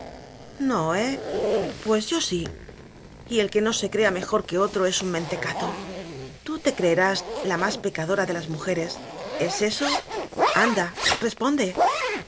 no eh pues yo sí y el que no se crea mejor que otro es un mentecato tú te creerás la más pecadora de las mujeres es eso anda responde